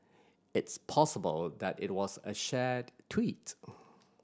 it's possible that it was a shared tweet